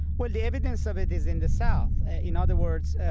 well, the evidence of it is in the south. in other words,